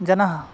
जनः